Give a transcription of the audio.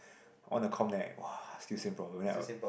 on the com then I [wah] still same problem then I